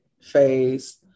phase